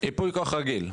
ייפוי כוח רגיל?